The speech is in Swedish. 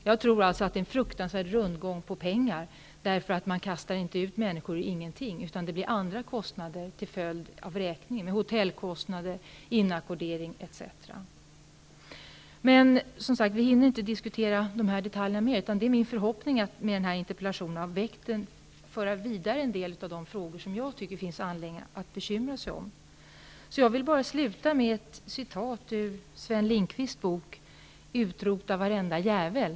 Jag tror alltså att det är en fruktansvärd rundgång med pengar, eftersom man inte kastar ut människor till ingenting, utan andra kostnader uppstår på grund av en vräkning, t.ex. hotellkostnader, inackordering, osv. Vi hinner inte diskutera dessa detaljer ytterligare. Men min förhoppning när jag ställde denna interpellation var att föra vidare en del av de frågor som jag anser att det finns anledning att bekymra sig om. Jag vill sluta med att citera ur Sven Lindqvists bok Utrota varenda jävel.